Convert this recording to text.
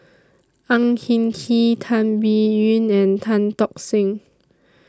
Ang Hin Kee Tan Biyun and Tan Tock Seng